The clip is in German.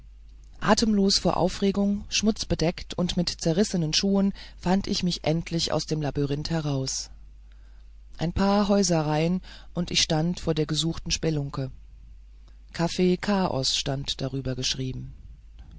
atemlos vor aufregung schmutzbedeckt und mit zerrissenen schuhen fand ich mich endlich aus dem labyrinth heraus ein paar häuserreihen und ich stand vor der gesuchten spelunke cafe chaos stand darüber geschrieben